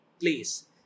place